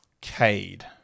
Cade